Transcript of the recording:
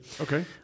Okay